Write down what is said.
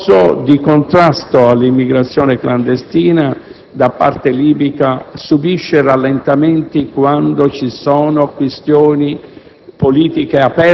Lo sforzo di contrasto all'immigrazione clandestina da parte libica subisce rallentamenti quando vi sono questioni